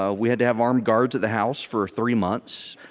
ah we had to have armed guards at the house for three months.